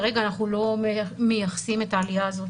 כרגע אנחנו לא מייחסים את העלייה הזאת